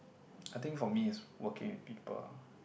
I think for me is working with people ah